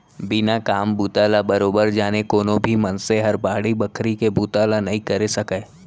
बिना काम बूता ल बरोबर जाने कोनो भी मनसे हर बाड़ी बखरी के बुता ल नइ करे सकय